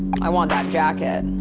i want that jacket.